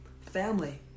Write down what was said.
family